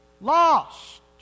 Lost